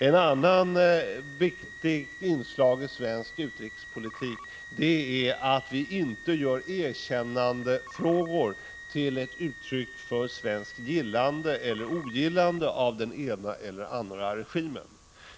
Ett annat viktigt inslag i svensk utrikespolitik är att vi inte gör erkännandefrågor till uttryck för svenskt gillande eller ogillande av den ena eller andra regimen.